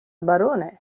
barone